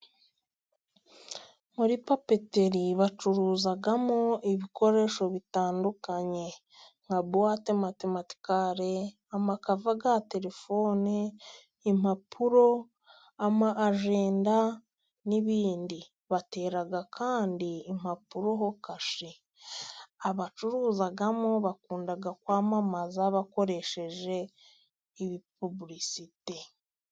Muri papeteri bacuruzamo ibikoresho bitandukanye nka buwate matematikari, amakava ya telefoni, impapuro, ama ajenda n'ibindi. Batera kandi impapuro ho kashe, abacuruzamo bakunda kwamamaza bakoresheje ibipuburisite.